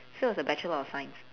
so it was a bachelor of science